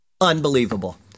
Unbelievable